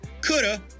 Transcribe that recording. coulda